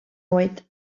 oed